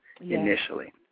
initially